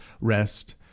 rest